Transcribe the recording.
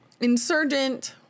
insurgent